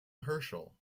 herschel